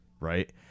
Right